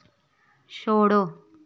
छोड़ो